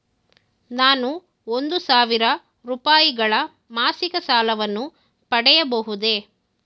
ನಾನು ಒಂದು ಸಾವಿರ ರೂಪಾಯಿಗಳ ಮಾಸಿಕ ಸಾಲವನ್ನು ಪಡೆಯಬಹುದೇ?